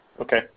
Okay